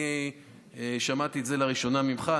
אני שמעתי את זה לראשונה ממך,